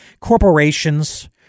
Corporations